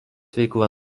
veikla